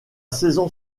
saison